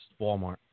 Walmart